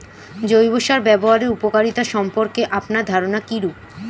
জৈব সার ব্যাবহারের উপকারিতা সম্পর্কে আপনার ধারনা কীরূপ?